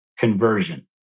Conversion